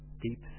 deep